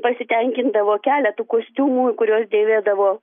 pasitenkindavo keletu kostiumų kuriuos dėvėdavo